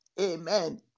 Amen